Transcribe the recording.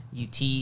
ut